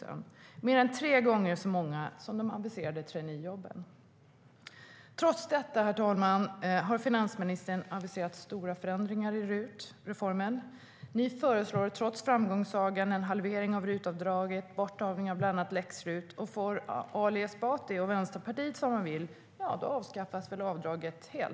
Det är mer än tre gånger så många som de aviserade traineejobben. Trots detta, herr talman, har finansministern aviserat stora förändringar av RUT-reformen. Regeringen föreslår, trots framgångssagan, en halvering av RUT-avdraget och borttagning av bland annat läx-RUT. Och får Ali Esbati och Vänsterpartiet som de vill, ja, då avskaffas väl avdraget helt.